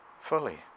fully